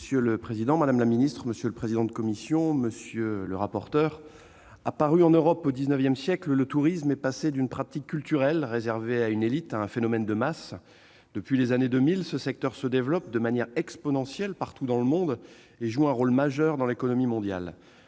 Monsieur le président, madame la secrétaire d'État, mes chers collègues, le tourisme, apparu en Europe au XIX siècle, est passé d'une pratique culturelle, réservée à une élite, à un phénomène de masse. Depuis les années 2000, ce secteur se développe de manière exponentielle partout dans le monde, et joue un rôle majeur dans l'économie mondiale.